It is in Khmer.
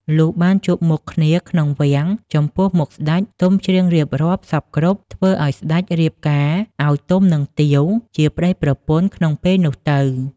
លុះបានជួបមុខគ្នាក្នុងវាំងចំពោះមុខសេ្តច ទុំច្រៀងរៀបរាប់សព្វគ្រប់ធ្វើឲ្យសេ្តចរៀបការឲ្យទុំនឹងទាវជាប្តីប្រពន្ធក្នុងពេលនោះទៅ ។